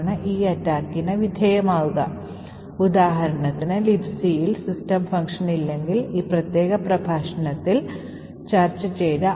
main ഉം scanf ഉം ഉള്ള ഈ പ്രത്യേക ഉദാഹരണം പരിഗണിക്കുമ്പോൾ സ്കാൻഫ് ഉപയോഗിക്കുമ്പോൾ എല്ലാം 2 ഉള്ള വളരെ വലിയ ഇൻപുട്ട് നൽകിയിട്ടുണ്ടെന്ന് നമ്മൾ കാണുന്നു